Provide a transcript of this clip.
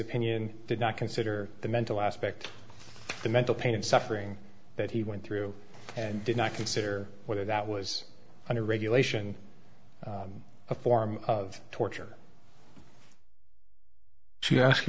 opinion did not consider the mental aspect the mental pain and suffering that he went through and did not consider whether that was under regulation a form of torture she ask